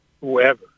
whoever